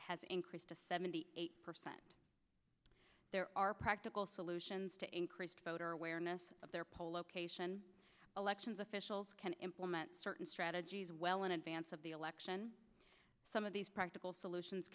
has increased to seventy eight percent there are practical solutions to increased voter awareness of their poll location elections officials can implement certain strategies well in advance of the election some of these practical solutions